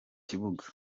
kibuga